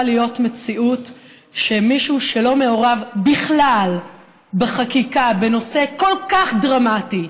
להיות מציאות שמישהו שלא מעורב בכלל בחקיקה בנושא כל כך דרמטי,